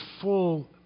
full